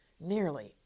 nearly